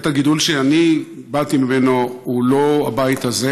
בית הגידול שאני באתי ממנו הוא לא הבית הזה